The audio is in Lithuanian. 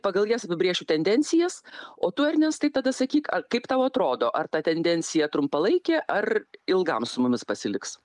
pagal jas apibrėšiu tendencijas o tu ernestai tada sakyk ar kaip tau atrodo ar ta tendencija trumpalaikė ar ilgam su mumis pasiliks